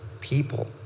people